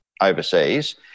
overseas